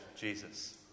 Jesus